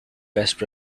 best